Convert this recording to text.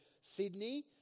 Sydney